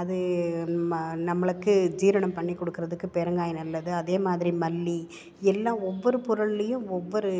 அது நம்மளுக்கு ஜீரணம் பண்ணி கொடுக்குறதுக்கு பெருங்காயம் நல்லது அதே மாதிரி மல்லி எல்லாம் ஒவ்வொரு பொருள்லேயும் ஒவ்வொரு